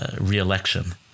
Re-election